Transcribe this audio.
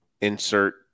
insert